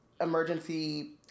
emergency